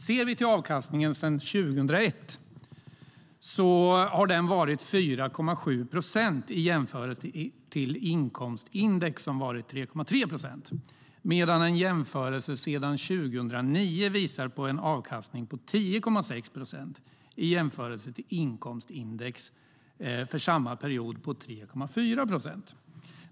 Ser vi till avkastningen sedan 2001 har den varit 4,7 procent i jämförelse med inkomstindex, som varit 3,3 procent, medan en jämförelse sedan 2009 visar en avkastning på 10,6 procent i jämförelse med inkomstindex på 3,4 procent för samma period.